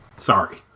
Sorry